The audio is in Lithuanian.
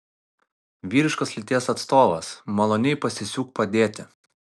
vyriškos lyties atstovas maloniai pasisiūk padėti